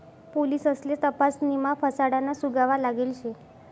पोलिससले तपासणीमा फसाडाना सुगावा लागेल शे